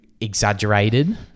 exaggerated